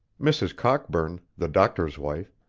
mrs. cockburn, the doctor's wife,